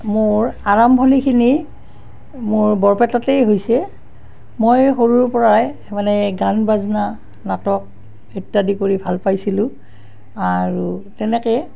মোৰ আৰম্ভণিখিনি মোৰ বৰপেটাতেই হৈছে মই সৰুৰ পৰাই মানে গান বাজনা নাটক ইত্যাদি কৰি ভাল পাইছিলোঁ আৰু তেনেকে